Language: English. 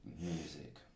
Music